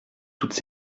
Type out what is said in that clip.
toutes